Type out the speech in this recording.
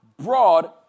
broad